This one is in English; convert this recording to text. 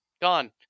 gone